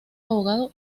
abogado